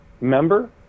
member